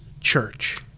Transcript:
church